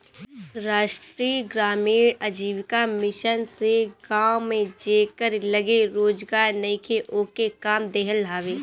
राष्ट्रीय ग्रामीण आजीविका मिशन से गांव में जेकरी लगे रोजगार नईखे ओके काम देहल हवे